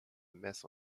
mess